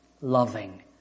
loving